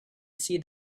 see